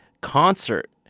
concert